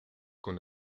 con